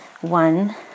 one